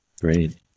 great